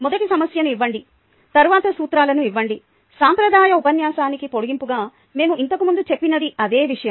మొదట సమస్యను ఇవ్వండి తరువాత సూత్రాలను ఇవ్వండి సాంప్రదాయ ఉపన్యాసానికి పొడిగింపుగా మేము ఇంతకుముందు చెప్పినది అదే విషయం